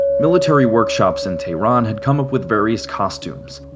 military workshops in tehran had come up with various costumes.